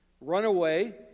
runaway